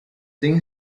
thing